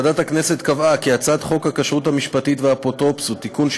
ועדת הכנסת קבעה כי הצעת חוק הכשרות המשפטית והאפוטרופסות (תיקון,